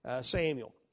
Samuel